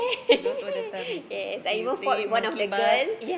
those were the time we play monkey bars